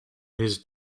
his